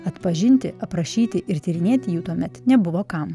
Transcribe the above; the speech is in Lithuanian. atpažinti aprašyti ir tyrinėti jų tuomet nebuvo kam